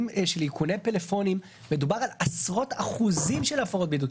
של איכוני פלאפונים מדובר על עשרות אחוזים של הפרות בידוד.